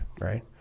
right